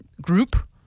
group